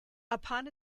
upon